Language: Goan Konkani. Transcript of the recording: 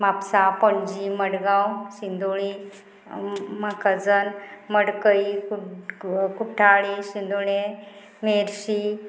म्हापसा पणजी मडगांव शिंदोळी माकाजान मडकयी कुठ्ठाळी सिंदोळे मेर्शी